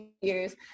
years